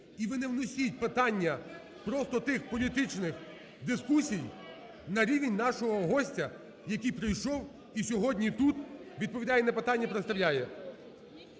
І ви не вносьте питання просто тих політичних дискусій на рівень нашого гостя, який прийшов і сьогодні тут відповідає на питання, представляє.